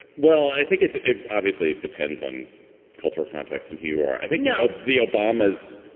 well, i think it's obviously it depends on cultural context and who you are. i think now ah the obamas.